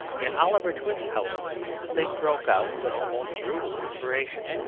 in oliver twist, however, the thing broke out with an almost brutal inspiration,